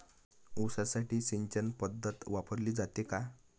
ऊसासाठी सिंचन पद्धत वापरली जाते का?